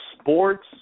sports